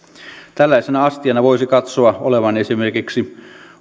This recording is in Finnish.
tällaisen astian voisi katsoa olevan esimerkiksi